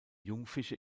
jungfische